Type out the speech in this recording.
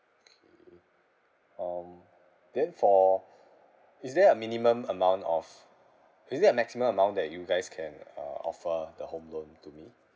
okay um then for is there a minimum amount of is there a maximum amount that you guys can uh offer the home loan to me